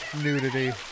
nudity